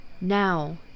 Now